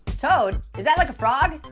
toad? is that like a frog?